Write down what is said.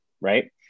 right